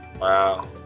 Wow